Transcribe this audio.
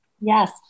Yes